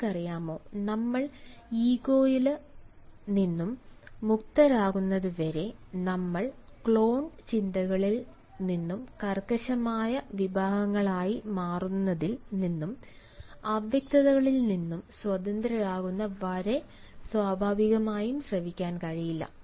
നിങ്ങൾക്കറിയാമോ നമ്മൾ ഈഗോയില് നിന്നും മുക്തരാകുന്നതുവരെ നമ്മൾ ക്ലോൺ ചിന്തകളിൽ നിന്നും കർക്കശമായ വിഭാഗങ്ങളായി മാറുന്നതിൽ നിന്നും അവ്യക്തതകളിൽ നിന്നും സ്വതന്ത്രരാകുന്ന വരെ സ്വാഭാവികമായും ശ്രവിക്കാൻ കഴിയില്ല